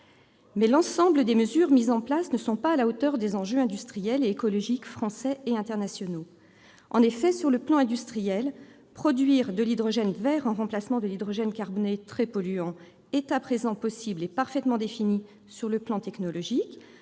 Mais cet ensemble de mesures n'est pas à la hauteur des enjeux industriels et écologiques français et internationaux. En effet, sur le plan industriel, la production d'hydrogène vert en remplacement de l'hydrogène carboné très polluant est à présent possible et parfaitement définie d'un point de vue technologique,